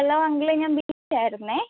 hello അങ്കിളേ ഞാൻ ബിൻസി ആയിരുന്നേ